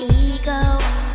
eagles